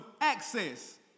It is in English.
access